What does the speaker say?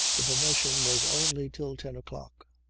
the permission was only till ten o'clock.